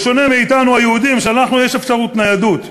בשונה מאתנו היהודים, שלנו יש אפשרות ניידות.